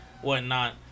whatnot